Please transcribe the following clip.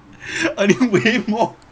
earning way more